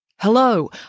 Hello